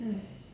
mm